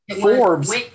Forbes